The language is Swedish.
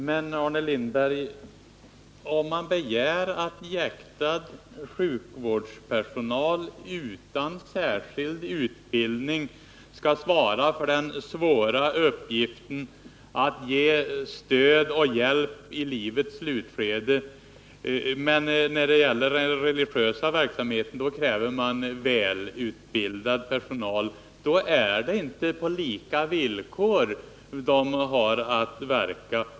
Men, Arne Lindberg, om man begär att jäktad sjukvårds Onsdagen den personal utan särskild utbildning skall svara för den svåra uppgiften att ge — 21 maj 1980 stöd och hjälp i livets slutskede, men när det gäller den religiösa verksamheten kräver väl utbildad personal, då är det inte på lika villkor Den andliga vårpersonalen verkar.